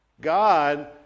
God